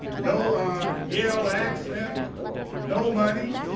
no yale accent no money,